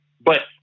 but-